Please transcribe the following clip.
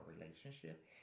relationship